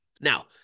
Now